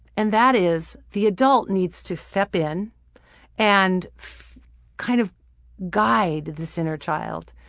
and that is, the adult needs to step in and kind of guide this inner child.